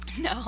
No